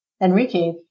Enrique